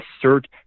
assert